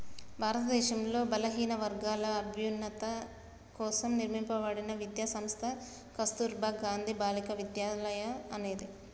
భారతదేశంలో బలహీనవర్గాల అభ్యున్నతి కోసం నిర్మింపబడిన విద్యా సంస్థ కస్తుర్బా గాంధీ బాలికా విద్యాలయ అనేది